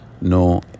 no